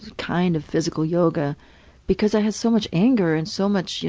kind of physical yoga because i had so much anger and so much, you